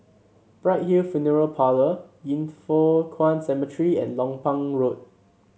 Bright Hill Funeral Parlour Yin Foh Kuan Cemetery and Lompang Road